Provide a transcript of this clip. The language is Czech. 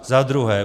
Za druhé.